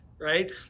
right